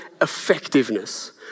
effectiveness